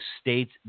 state's